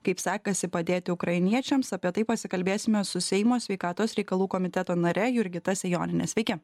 kaip sekasi padėti ukrainiečiams apie tai pasikalbėsime su seimo sveikatos reikalų komiteto nare jurgita sejoniene sveiki